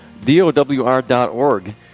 dowr.org